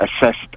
assessed